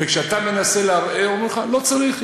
וכשאתה מנסה לערער אומרים לך: לא צריך,